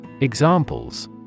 Examples